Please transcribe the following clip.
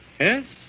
Yes